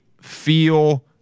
feel